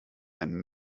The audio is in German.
ein